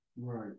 right